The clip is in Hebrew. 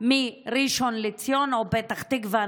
בראשון לציון או בפתח תקווה,